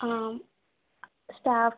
staff